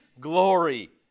glory